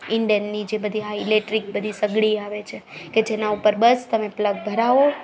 ઈંડેનની જે બધી આ ઇલેક્ટ્રિક બધી સગડી આવે છે કે જેના ઉપર બસ તમે પ્લગ ભરાવો